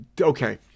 okay